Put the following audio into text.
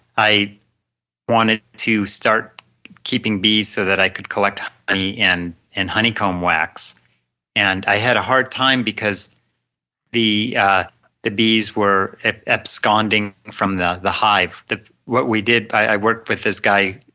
i wanted to start keeping bees, so that i could collect honey and and honeycomb wax and i had a hard time because the the bees were absconding from the the hive. what we did, i worked with this guy,